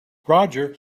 roger